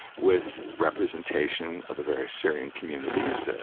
with representation of the various syrian communities.